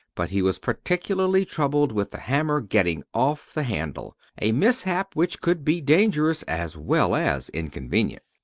but he was particularly troubled with the hammer getting off the handle, a mishap which could be dangerous as well as inconvenient.